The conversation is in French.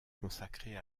consacrée